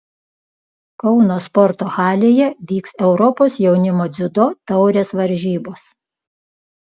kauno sporto halėje vyks europos jaunimo dziudo taurės varžybos